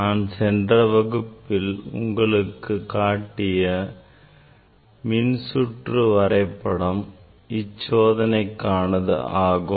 நான் சென்ற வகுப்பில் உங்களுக்கு காட்டிய மின் சுற்று வரைபடம் இச்சோதனைக்கானது ஆகும்